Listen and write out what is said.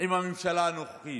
עם הממשלה הנוכחית,